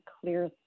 clear